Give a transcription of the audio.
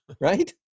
right